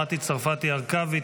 מטי צרפתי הרכבי,